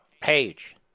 Page